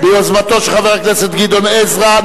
ביוזמתו של חבר הכנסת גדעון עזרא.